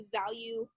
value